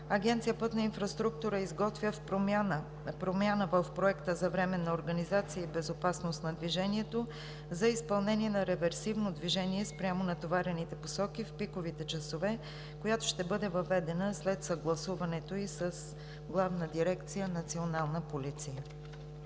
Агенция „Пътна инфраструктура“ изготвя промяна в проекта за временна организация и безопасност на движението за изпълнение на реверсивно движение спрямо натоварените посоки в пиковите часове, която ще бъде въведена след съгласуването ѝ с Главна дирекция „Национална полиция“.